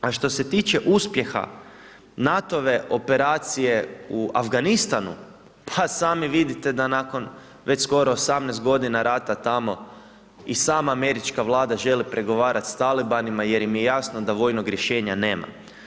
A što se tiče uspjeha NATO operacije u Afganistanu, pa sami vidite da nakon, već skoro 18 g. rata tamo, i sama američka vlada, želi pregovarati sa talibanima, jer im je jasno da vojnog rješenja nema.